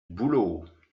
boulot